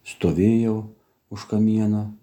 stovėjau už kamieno